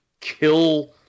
kill